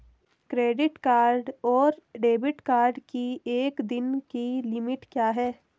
Credit card और debit card की एक दिन की लिमिट क्या है?